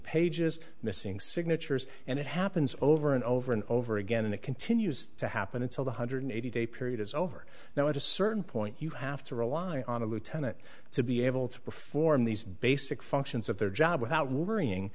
pages missing signatures and it happens over and over and over again and it continues to happen until one hundred eighty day period is over now at a certain point you have to rely on a lieutenant to be able to perform these basic functions of their job without worrying